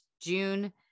June